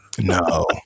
No